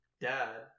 Dad